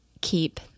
keep